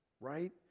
Right